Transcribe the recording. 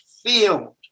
field